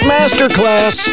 Masterclass